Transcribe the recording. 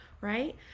right